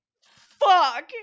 fuck